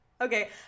Okay